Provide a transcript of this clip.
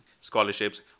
scholarships